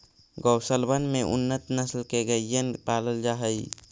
गौशलबन में उन्नत नस्ल के गइयन के पालल जा हई